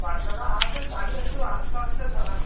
বাচ্চারা আছে গাড়ি একটু আস্তে আস্তে চালান